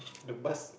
the bus